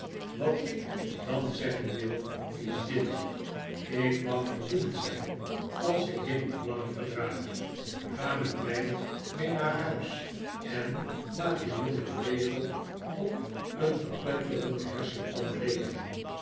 wat ik dan zeggen wil is dit ik mag verdoemd zijn als ik dit nog langer verdraag ga met mij mee naar huis en laat die jonge vlegel op n verpletterde hersenpan rekenen